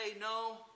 No